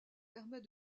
permet